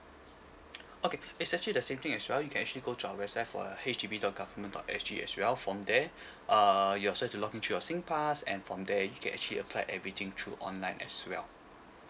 okay it's actually the same thing as well you can actually go to our website for uh H D B dot government dot S_G as well from there err you're has to login through your singpass and from there you can actually applied everything through online as well